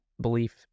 belief